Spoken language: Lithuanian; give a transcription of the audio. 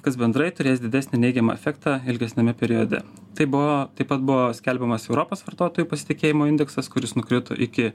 kas bendrai turės didesnį neigiamą efektą ilgesniame periode tai buvo taip pat buvo skelbiamas europos vartotojų pasitikėjimo indeksas kuris nukrito iki